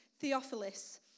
Theophilus